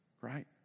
right